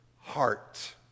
heart